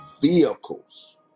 vehicles